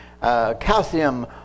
Calcium